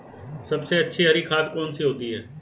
सबसे अच्छी हरी खाद कौन सी होती है?